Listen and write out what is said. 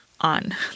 on